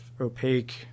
opaque